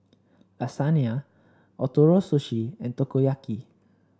Lasagne Ootoro Sushi and Takoyaki